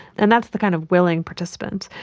and that's the kind of willing participant.